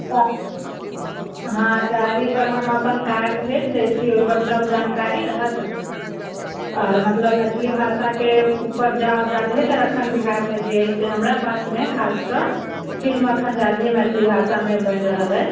तऽ अहाँ तऽ एहिपर हम अपन कार्ड भेज दइ छी ओहिपर सब जानकारी रहत आओर मतलब मैथली भाषाके उपर जा जादहे तर बिहारमे जे अइ से हमरा पासमे खास कऽ फिल्म एखन जादहे मैथली भाषामे बनि रहल अइ